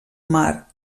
mar